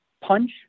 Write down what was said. punch